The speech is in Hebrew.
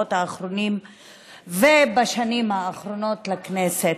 בשבועות האחרונים ובשנים האחרונות לכנסת.